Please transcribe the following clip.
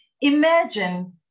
Imagine